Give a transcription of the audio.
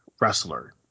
wrestler